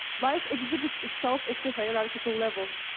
life exhibits itself at the hierarchical level.